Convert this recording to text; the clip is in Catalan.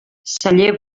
celler